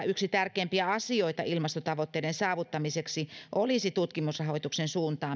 yksi tärkeimpiä asioita ilmastotavoitteiden saavuttamiseksi olisi tutkimusrahoituksen suuntaaminen tieteiden